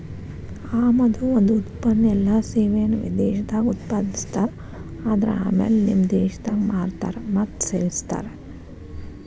ಆಮದು ಒಂದ ಉತ್ಪನ್ನ ಎಲ್ಲಾ ಸೇವೆಯನ್ನ ವಿದೇಶದಾಗ್ ಉತ್ಪಾದಿಸ್ತಾರ ಆದರ ಆಮ್ಯಾಲೆ ನಿಮ್ಮ ದೇಶದಾಗ್ ಮಾರ್ತಾರ್ ಮತ್ತ ಸೇವಿಸ್ತಾರ್